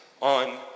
on